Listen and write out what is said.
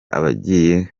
abagiye